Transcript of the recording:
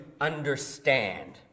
understand